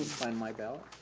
find my ballot.